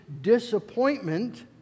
disappointment